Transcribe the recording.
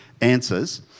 answers